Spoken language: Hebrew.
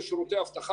בשירותי אבטחה,